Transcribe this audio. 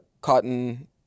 Cotton